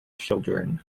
children